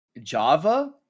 Java